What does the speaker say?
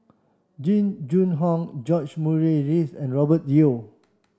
Jing Jun Hong George Murray Reith and Robert Yeo